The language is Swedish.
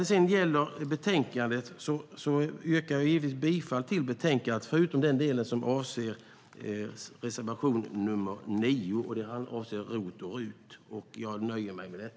Jag yrkar givetvis bifall till utskottets förslag i betänkandet förutom den del som avser reservation nr 9, som handlar om ROT och RUT.